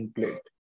Plate